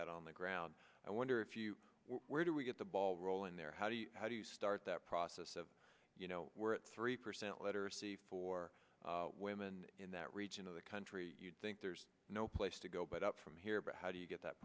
that on the ground i wonder if you where do we get the ball rolling there how do you how do you start that process of you know we're at three percent literacy for women in that region of the country you think there's no place to go but up from here but how do you get that